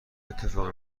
اتفاقی